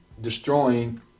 destroying